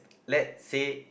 let say